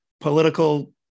political